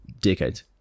decades